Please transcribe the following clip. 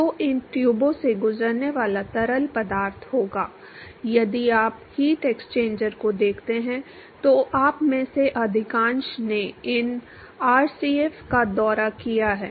तो इन ट्यूबों से गुजरने वाला तरल पदार्थ होगा यदि आप हीट एक्सचेंजर्स को देखते हैं तो आप में से अधिकांश ने इन आरसीएफ का दौरा किया है